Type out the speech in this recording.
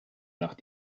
nach